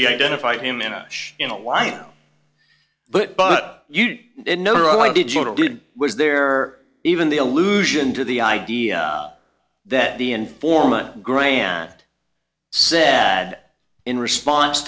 he identified him in a you know why but but you know i did was there even the allusion to the idea that the informant grant said in response